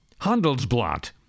Handelsblatt